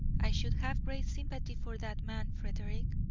i should have great sympathy for that man, frederick.